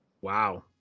Wow